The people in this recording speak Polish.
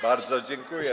Bardzo dziękuję.